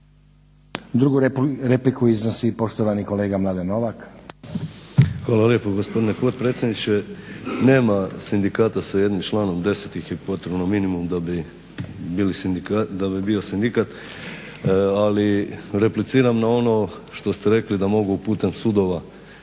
(Hrvatski laburisti - Stranka rada)** Hvala lijepa gospodine potpredsjedniče. Nema sindikata sa jednim članom, deset ih je potrebno minimum da bi bio sindikat, ali repliciram na ono što ste rekli da mogu putem sudova